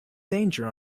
danger